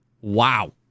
Wow